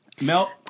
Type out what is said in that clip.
Mel